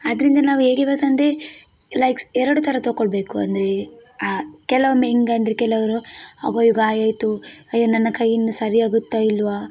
ಆದ್ದರಿಂದ ನಾವು ಹೇಗಿರಬೇಕಂದ್ರೆ ಲೈಕ್ಸ್ ಎರಡು ಥರ ತೊಗೊಳ್ಬೇಕು ಅಂದರೆ ಕೆಲವೊಮ್ಮೆ ಹೇಗಂದ್ರೆ ಕೆಲವರು ಅಯ್ಯೋ ಗಾಯ ಆಯಿತು ಅಯ್ಯೋ ನನ್ನ ಕೈ ಇನ್ನು ಸರಿ ಆಗುತ್ತಾ ಇಲ್ವ